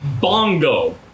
Bongo